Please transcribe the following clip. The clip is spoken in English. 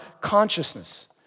consciousness